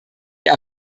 der